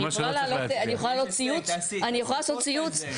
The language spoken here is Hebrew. אנחנו בסעיף קטן (ב)(1).